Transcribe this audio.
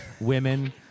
women